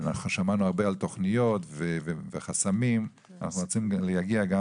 שמענו הרבה על תכניות וחסמים ואנחנו רוצים להגיע גם